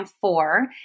four